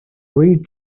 read